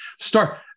start